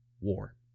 war